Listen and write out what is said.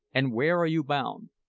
and where are you bound?